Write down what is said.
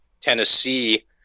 Tennessee